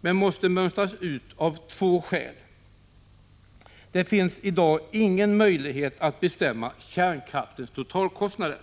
men den måste mönstras ut av två skäl. Det finns i dag ingen möjlighet att bestämma kärnkraftens totalkostnader.